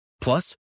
Plus